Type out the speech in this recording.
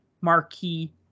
marquee